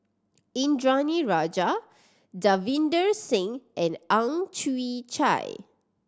Indranee Rajah Davinder Singh and Ang Chwee Chai